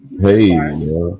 Hey